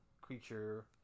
creature